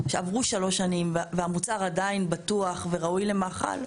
שעברו שלוש שנים והמוצר עדיין בטוח וראוי למאכל,